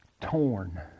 torn